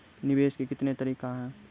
निवेश के कितने तरीका हैं?